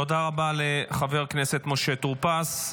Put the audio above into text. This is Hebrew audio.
תודה רבה לחבר הכנסת משה טור פז.